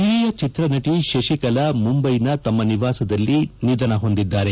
ಹಿರಿಯ ಚಿತ್ರ ನಟಿ ಶಶಿಕಲಾ ಮುಂಬೈನ ತಮ್ಮ ನಿವಾಸದಲ್ಲಿ ಇಂದು ನಿಧನ ಹೊಂದಿದ್ದಾರೆ